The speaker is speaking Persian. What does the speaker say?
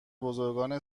بزرگان